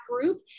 group